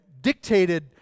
dictated